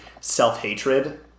self-hatred